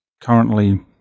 currently